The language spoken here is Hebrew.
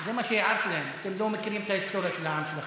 זה מה שהערתי להם: אתם לא מכירים את ההיסטוריה של העם שלכם.